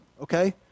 okay